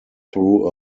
through